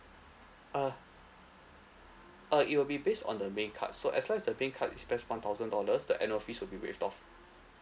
uh it will be based on the main card so as well as the main card you spend one thousand dollar the annual fees will be waived off